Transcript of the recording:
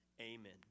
Amen